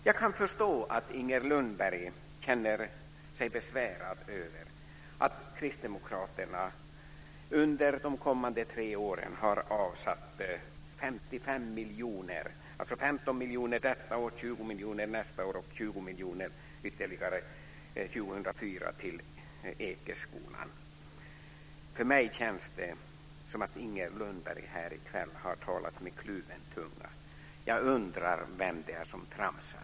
Jag kan förstå att Inger Lundberg känner sig besvärad över att Kristdemokraterna för de kommande tre åren har avsatt 55 miljoner, alltså 15 miljoner detta år, 20 miljoner nästa år och ytterligare 20 miljoner 2004, till Ekeskolan. För mig känns det som att Inger Lundberg här i kväll har talat med kluven tunga. Jag undrar vem det är som tramsar.